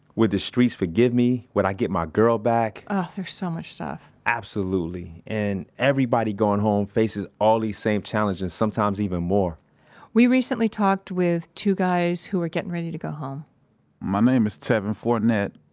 would the streets forgive me? would i get my girl back? ugh, there's so much stuff absolutely. and everybody going home faces all these same challenges sometimes even more we recently talked with two guys who were getting to go home my name is tevin fourtnette,